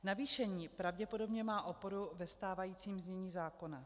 Navýšení má pravděpodobně oporu ve stávajícím znění zákona.